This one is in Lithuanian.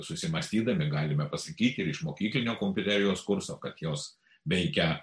susimąstydami galime pasakyti ir užmokyklinio kompiuterijos kurso kad jos veikia